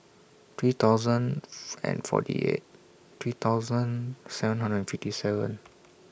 three thousand and forty eight three thousand seven hundred fifty seven